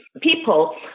people